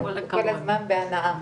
אנחנו כל הזמן בהנעה,